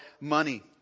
money